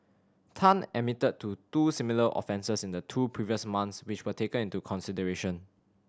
Tan admitted to two similar offences in the two previous months which were taken into consideration